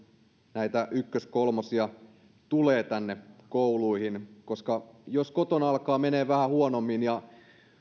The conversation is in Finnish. näitä ykkös kolmosia tulee tänne kouluihin jos kotona alkaa menemään vähän huonommin ja